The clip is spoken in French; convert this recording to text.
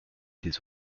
des